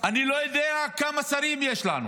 אני לא יודע כמה שרים יש לנו.